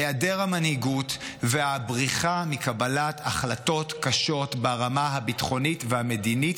היעדר המנהיגות והבריחה מקבלת החלטות קשות ברמה הביטחונית והמדינית,